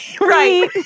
right